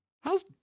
how's